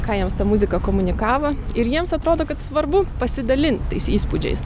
ką jiems ta muzika komunikavo ir jiems atrodo kad svarbu pasidalint tais įspūdžiais